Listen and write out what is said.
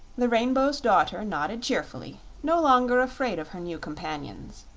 the rainbow's daughter nodded cheerfully, no longer afraid of her new companions.